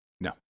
No